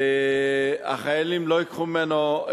החיילים לא ייקחו ממנו,